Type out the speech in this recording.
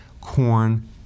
corn